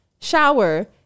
shower